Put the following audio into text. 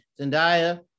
zendaya